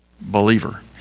believer